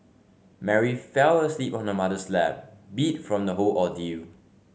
Mary fell asleep on her mother's lap beat from the whole ordeal